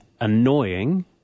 annoying